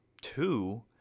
two